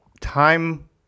time